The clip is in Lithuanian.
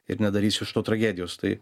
ir nedarysiu iš to tragedijos tai